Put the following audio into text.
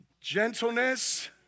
gentleness